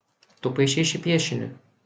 tu paišei šį piešinį